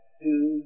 two